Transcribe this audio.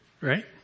Right